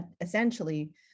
essentially